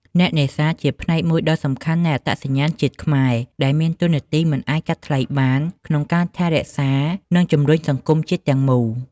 អ្នកនេសាទ ជាផ្នែកមួយដ៏សំខាន់នៃអត្តសញ្ញាណជាតិខ្មែរ ដែលមានតួនាទីមិនអាចកាត់ថ្លៃបាន ក្នុងការថែរក្សា និងជំរុញសង្គមជាតិទាំងមូល។